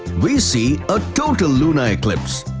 we see a total lunar eclipse.